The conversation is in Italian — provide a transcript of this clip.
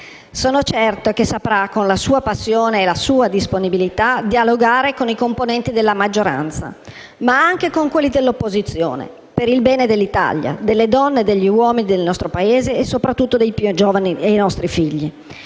Sono certa che saprà, con la sua passione e la sua disponibilità, dialogare con i componenti della maggioranza, ma anche con quelli dell'opposizione, per il bene dell'Italia, delle donne e degli uomini del nostro Paese, soprattutto dei più giovani e dei nostri figli.